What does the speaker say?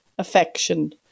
affection